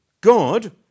god